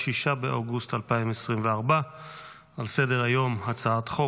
6 באוגוסט 2024. על סדר-היום: הצעת חוק